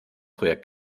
projekt